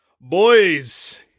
Boys